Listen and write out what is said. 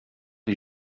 els